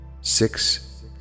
six